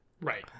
Right